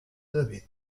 david